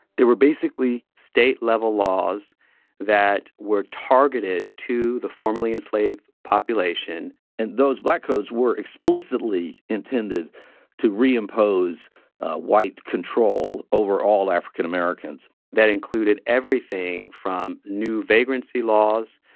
they were basically. state-level laws that were targeted to the formerly enslaved population and those black codes were explicitly intended to reimpose white control over all african americans that included everything from new vagrancy laws,